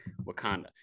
Wakanda